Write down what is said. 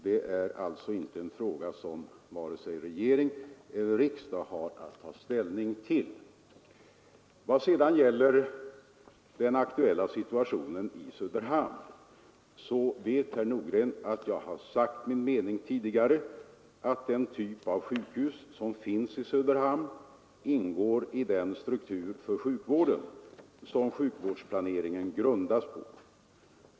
Det är alltså inte en fråga som regering eller riksdag har att ta ställning till. Vad sedan gäller den aktuella situationen i Söderhamn, så vet herr Nordgren att jag tidigare som min mening uttalat att den typ av sjukhus som finns i Söderhamn ingår i den struktur för sjukvården som sjukvårdsplaneringen grundas på.